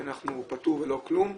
שאנחנו נהיה פטור בלא כלום,